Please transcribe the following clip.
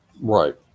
Right